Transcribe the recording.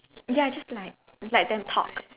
ya just like let them talk